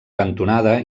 cantonada